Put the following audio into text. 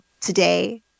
today